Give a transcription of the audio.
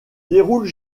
déroule